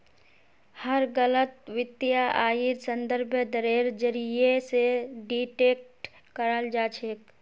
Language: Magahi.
हर गलत वित्तीय आइर संदर्भ दरेर जरीये स डिटेक्ट कराल जा छेक